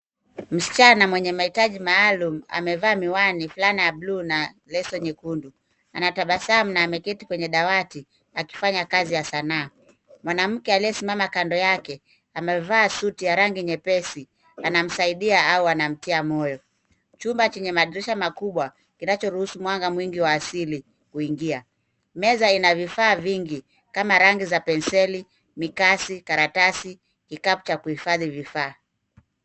Msichana mwenye mahitaji amevaa miwani, fulana ya bluu na leso nyekundu anatabasamu na ameketi kwenye dawati akifanya kazi ya sanaa. Mwanamke aliyesimama kando yake amevaa suti ya rangi nyepesi anamsaidia au anamtia moyo. Chumba chenye madirisha makubwa kinachoruhusu mwanga mwingi wa asili kuingia. Meza ina vifaa vingi kama rangi za penseli, mikasi, karatasi, kikapu cha kuhifadhi vifaa.